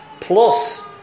plus